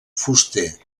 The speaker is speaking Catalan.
fuster